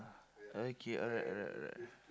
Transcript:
okay alright alright alright